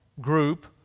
group